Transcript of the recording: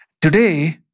Today